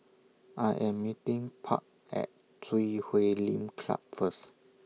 I Am meeting Park At Chui Huay Lim Club First